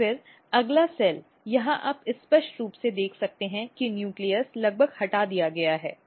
और फिर बस अगला सेल यहाँ आप स्पष्ट रूप से देख सकते हैं कि नाभिक लगभग हटा दिया गया है